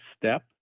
step